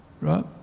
right